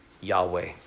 Yahweh